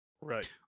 Right